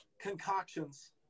Concoctions